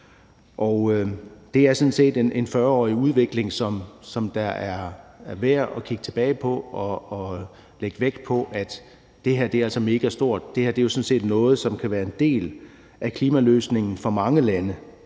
Det er sådan set en 40-årig udvikling, som er værd at kigge tilbage på, og det er værd lægge vægt på, at det her altså er megastort. Det her er jo sådan set noget, som kan være en del af klimaløsningen for mange lande.